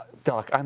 doc, and